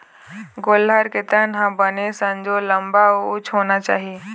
गोल्लर के तन ह बने संजोर, लंबा अउ उच्च होना चाही